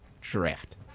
Drift